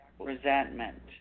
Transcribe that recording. resentment